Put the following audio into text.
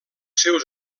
seus